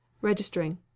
registering